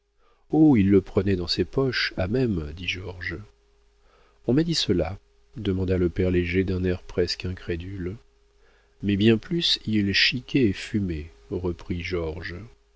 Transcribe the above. il le prenait dans ses poches à même dit georges on m'a dit cela demanda le père léger d'un air presque incrédule mais bien plus il chiquait et fumait reprit georges